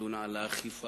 תלונה על האכיפה